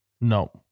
No